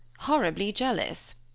horribly jealous.